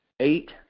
Eight